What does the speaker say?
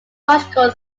logical